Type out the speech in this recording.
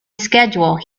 schedule